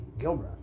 Gilbreth